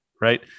right